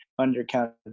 undercounted